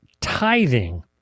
tithing